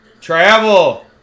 Travel